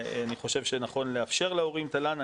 אני חושב שנכון לאפשר להורים תל"ן.